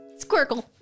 Squirkle